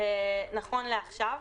נכון לעכשיו,